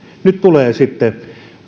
nyt tulee sitten